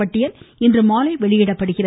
பட்டியல் இன்றுமாலை வெளியிடப்படுகிறது